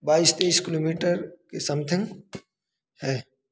बाईस तेईस किलोमीटर के समथिंग है